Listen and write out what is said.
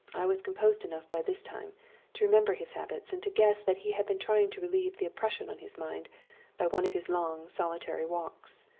i was composed enough by this time to remember his habits, and to guess that he had been trying to relieve the oppression on his mind by one of his long solitary walks.